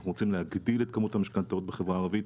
אנחנו רוצים להגדיל את כמות המשכנתאות בחברה הערבית,